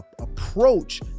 approach